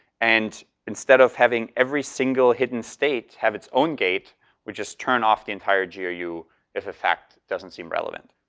and instead of having every single hidden state have its own gate we just turn off the entire gru if a fact doesn't seem relevant.